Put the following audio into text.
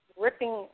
ripping